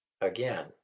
Again